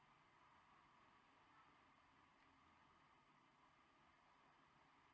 ah